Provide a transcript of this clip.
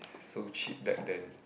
so cheap back then